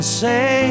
say